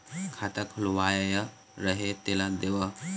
खाता खुलवाय रहे तेला देव?